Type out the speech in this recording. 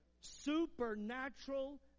Supernatural